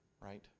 right